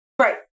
Right